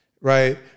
right